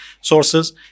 sources